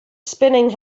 spinning